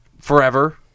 forever